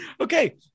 Okay